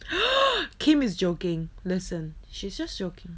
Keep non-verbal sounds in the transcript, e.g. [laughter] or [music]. [breath] kim is joking listen she just joking